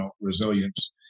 resilience